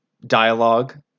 dialogue